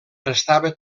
restava